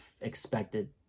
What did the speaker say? expected